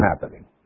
happening